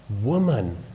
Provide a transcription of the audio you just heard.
woman